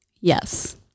Yes